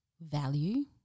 value